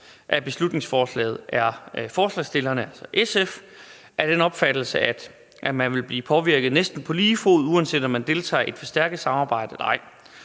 af beslutningsforslaget, er forslagsstillerne, altså SF, af den opfattelse, at man vil blive påvirket næsten på lige fod, uanset om man deltager i et forstærket samarbejde eller ej.